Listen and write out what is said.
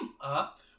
up